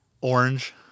Orange